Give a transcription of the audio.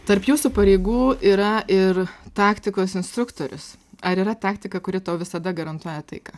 tarp jūsų pareigų yra ir taktikos instruktorius ar yra taktika kuri tau visada garantuoja taiką